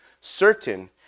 certain